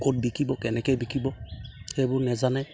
ক'ত বিকিব কেনেকৈ বিকিব সেইবোৰ নাজানে